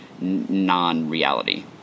non-reality